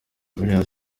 biriya